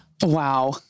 Wow